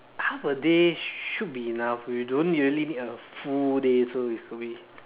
half a day should be enough we don't really need a full day so it's okay